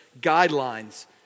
guidelines